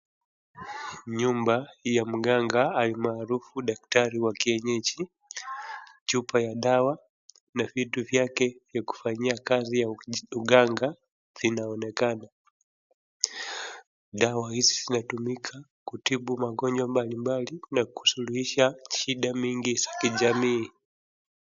Nyumba ya mganga almaharufu daktari wa kienyeji, chupa ya dawa na vitu vyake vya kufanyia kazi ya uganga vinaonekana. Dawa hizi zinatumika kutibu magonjwa mbalimbali na kusuluhisha shida mingi za kijamii.